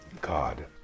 God